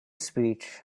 speech